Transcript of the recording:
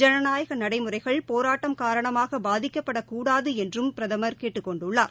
ஜனநாயக நடைமுறைகள் போராட்டம் காரணமாக பாதிக்கப்படக்கூடாது என்றும் பிரதமர் கேட்டுக் கொண்டுள்ளார்